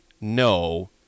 no